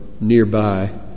nearby